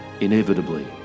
inevitably